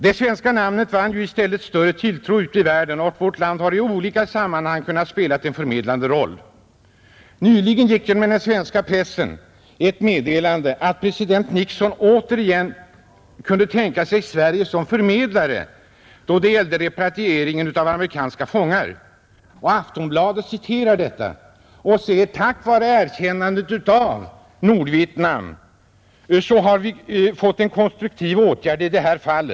Det svenska namnet vann ju i stället större tilltro ute i världen, och vårt land har i olika sammanhang kunnat spela en förmedlande roll. Nyligen gick genom den svenska pressen ett meddelande att president Nixon återigen kunde tänka sig Sverige som förmedlare då det gäller repatrieringen av amerikanska fångar, och Aftonbladet citerar detta och säger att tack vare erkännandet av Nordvietnam har det kunnat vidtagas konstruktiva åtgärder i detta fall.